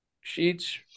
sheets